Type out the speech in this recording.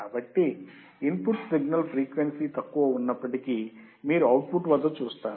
కాబట్టి input signal frequency తక్కువ ఉన్నప్పటికీ మీరు అవుట్పుట్ వద్ద చూస్తారు